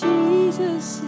Jesus